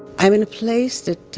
i'm in a place that